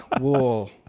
whoa